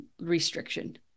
restriction